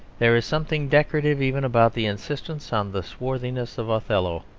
there is something decorative even about the insistence on the swarthiness of othello,